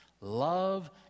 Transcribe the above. love